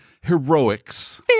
heroics